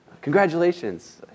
congratulations